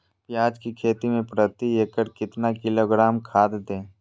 प्याज की खेती में प्रति एकड़ कितना किलोग्राम खाद दे?